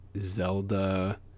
Zelda